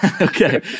Okay